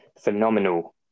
phenomenal